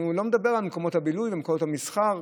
אנחנו לא נדבר על מקומות הבילוי ומקומות המסחר.